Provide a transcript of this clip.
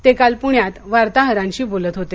ते काल पुण्यात वार्ताहरांशी बोलत होते